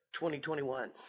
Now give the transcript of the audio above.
2021